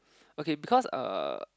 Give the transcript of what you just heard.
okay because uh